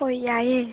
ꯍꯣꯏ ꯌꯥꯏꯌꯦ